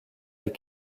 les